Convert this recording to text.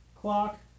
clock